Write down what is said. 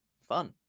fun